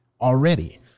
already